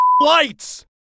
lights